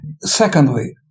secondly